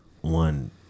one